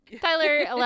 Tyler